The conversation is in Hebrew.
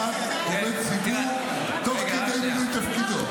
זאת תקיפת עובד ציבור תוך כדי מילוי תפקידו.